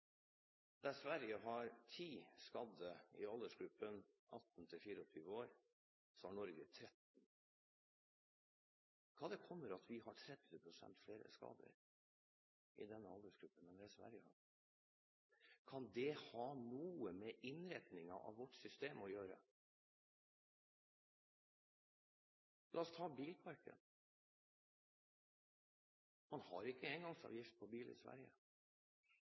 der Sverige har ti skadde i aldersgruppen 18–24 år, har Norge 13. Hva kommer det av at Norge har 30 pst. flere skader i denne aldersgruppen enn det Sverige har? Kan det ha noe med innretningen av vårt system å gjøre? La oss ta bilparken. Man har ikke engangsavgift på bil i Sverige. Kan utskiftingen av bilparken, som skjer fortere i Sverige,